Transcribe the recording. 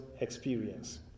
experience